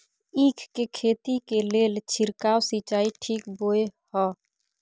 ईख के खेती के लेल छिरकाव सिंचाई ठीक बोय ह?